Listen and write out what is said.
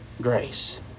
grace